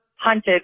hunted